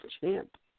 champ